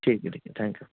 ठीक आहे ठीक आहे थँक्यू